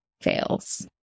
fails